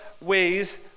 ways